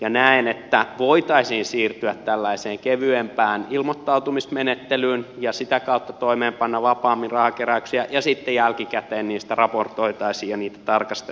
näen että voitaisiin siirtyä tällaiseen kevyempään ilmoittautumismenettelyyn ja sitä kautta toimeenpanna vapaammin rahankeräyksiä ja sitten jälkikäteen niistä raportoitaisiin ja niitä tarkastettaisiin